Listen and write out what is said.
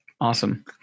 awesome